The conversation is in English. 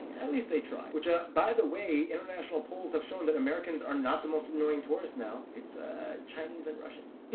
at least they try which by the way international polls have shown that americans are not the most annoying tourists now it's a chinese and russians.